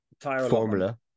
formula